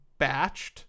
batched